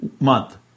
month